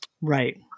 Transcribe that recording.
Right